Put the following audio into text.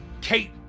Kate